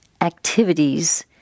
activities